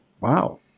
Wow